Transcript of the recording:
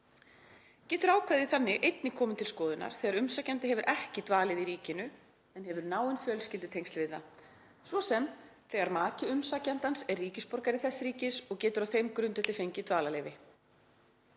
Getur ákvæðið þannig einnig komið til skoðunar þegar umsækjandi hefur ekki dvalið í ríkinu en hefur náin fjölskyldutengsl við það, svo sem þegar maki umsækjandans er ríkisborgari þess ríkis og getur á þeim grundvelli fengið dvalarleyfi.